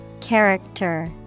Character